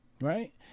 right